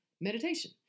meditation